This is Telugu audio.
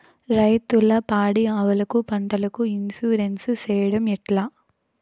రైతులు పాడి ఆవులకు, పంటలకు, ఇన్సూరెన్సు సేయడం ఎట్లా?